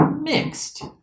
mixed